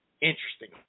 interesting